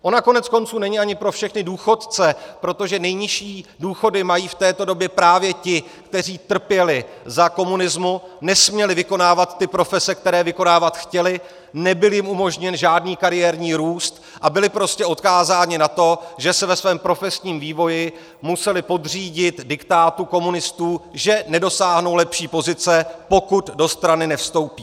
Ona koneckonců není ani pro všechny důchodce, protože nejnižší důchody mají v této době právě ti, kteří trpěli za komunismu, nesměli vykonávat ty profese, které vykonávat chtěli, nebyl jim umožněn žádný kariérní růst a byli prostě odkázáni na to, že se ve svém profesním vývoji museli podřídit diktátu komunistů, že nedosáhnou lepší pozice, pokud do strany nevstoupí.